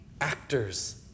actors